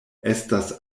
estas